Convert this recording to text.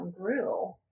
grew